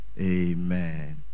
amen